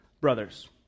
brothers